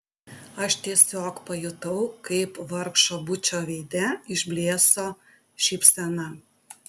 aš tiesiog pajutau kaip vargšo bučo veide išblėso šypsena